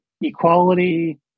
equality